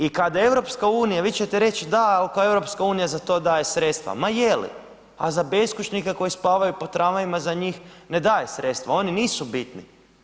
I kad EU, vi ćete reći da ako EU za to daje sredstva, ma je li, a za beskućnika koji spavaju po tramvajima za njih ne daje sredstva, oni nisu bitni.